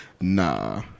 Nah